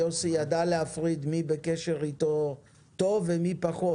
ויוסי פתאל ידע להפריד מי בקשר טוב איתו ומי פחות.